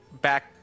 back